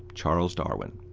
charles darwin.